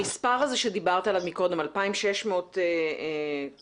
המספר הזה שדיברת עליו מקודם, 2,626 אנשים,